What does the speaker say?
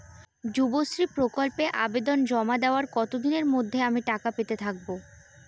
যুবশ্রী প্রকল্পে আবেদন জমা দেওয়ার কতদিনের মধ্যে আমি টাকা পেতে থাকব?